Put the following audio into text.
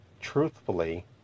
truthfully